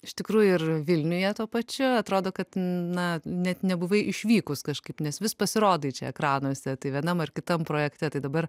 iš tikrųjų ir vilniuje tuo pačiu atrodo kad na net nebuvai išvykus kažkaip nes vis pasirodai čia ekranuose tai vienam ar kitam projekte tai dabar